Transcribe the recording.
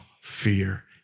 fear